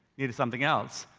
needed something else.